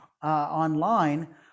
Online